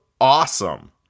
awesome